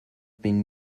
been